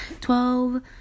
Twelve